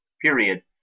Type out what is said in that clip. Period